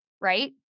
Right